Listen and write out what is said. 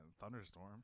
Thunderstorm